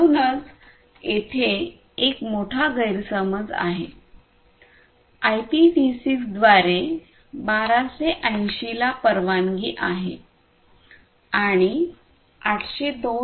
म्हणूनच येथे एक मोठा गैरसमज आहे आयपीव्ही 6 द्वारे 1280 ला परवानगी आहे आणि 802